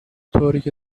طوریکه